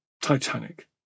Titanic